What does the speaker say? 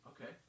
Okay